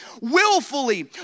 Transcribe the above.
willfully